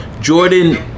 Jordan